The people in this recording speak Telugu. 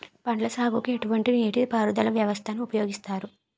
పండ్ల సాగుకు ఎటువంటి నీటి పారుదల వ్యవస్థను ఉపయోగిస్తారు?